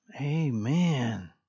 Amen